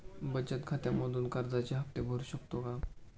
बचत खात्यामधून कर्जाचे हफ्ते भरू शकतो का?